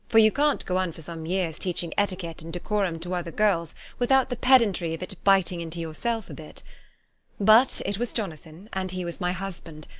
for you can't go on for some years teaching etiquette and decorum to other girls without the pedantry of it biting into yourself a bit but it was jonathan, and he was my husband,